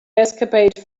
escapade